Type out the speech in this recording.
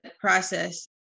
process